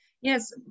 Yes